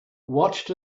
watched